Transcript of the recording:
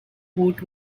boot